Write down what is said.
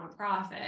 nonprofit